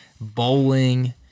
Bowling